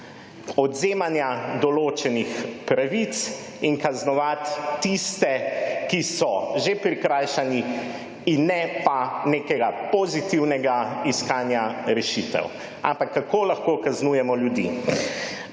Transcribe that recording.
odvzemanja določenih pravic in kaznovati tiste, ki so že prikrajšani, ne pa nekega pozitivnega iskanja rešitev, ampak kako lahko kaznujemo ljudi.